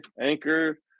Anchor